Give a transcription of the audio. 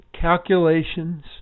calculations